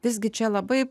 visgi čia labai